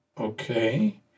okay